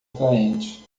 atraente